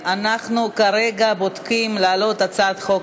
הצעת חוק